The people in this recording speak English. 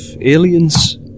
Aliens